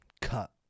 cut